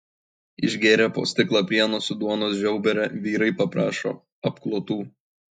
išgėrę po stiklą pieno su duonos žiaubere vyrai paprašo apklotų